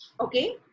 Okay